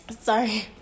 sorry